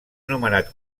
nomenat